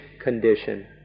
condition